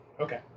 Okay